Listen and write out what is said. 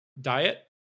diet